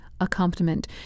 accompaniment